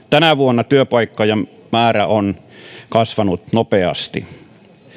tänä vuonna työpaikkojen määrä on kasvanut nopeasti